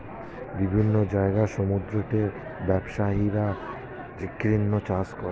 বিভিন্ন জায়গার সমুদ্রতটে ব্যবসায়ীরা ঝিনুক চাষ করে